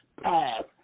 past